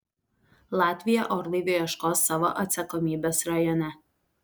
latvija orlaivio ieškos savo atsakomybės rajone